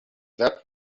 that